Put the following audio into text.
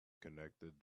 connected